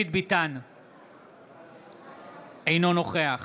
אינו נוכח